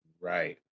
Right